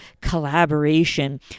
collaboration